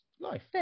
life